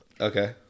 Okay